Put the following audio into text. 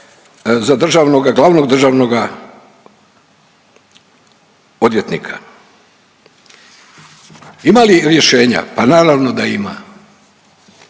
za državnoga, glavnog državnoga odvjetnika. Ima li rješenja? Pa naravno da ima.